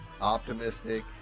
Optimistic